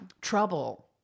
Trouble